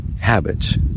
habits